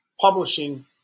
publishing